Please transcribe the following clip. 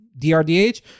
DRDH